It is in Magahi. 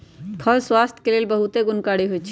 फल स्वास्थ्य के लेल बहुते गुणकारी होइ छइ